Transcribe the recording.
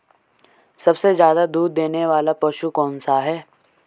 सबसे ज़्यादा दूध देने वाला पशु कौन सा है?